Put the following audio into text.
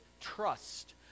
trust